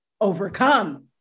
overcome